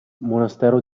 monastero